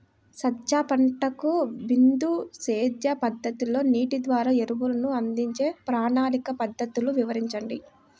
సజ్జ పంటకు బిందు సేద్య పద్ధతిలో నీటి ద్వారా ఎరువులను అందించే ప్రణాళిక పద్ధతులు వివరించండి?